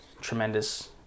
tremendous